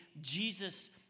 Jesus